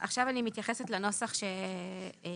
עכשיו אני מתייחסת לנוסח שהופץ